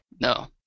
No